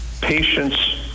patients